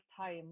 time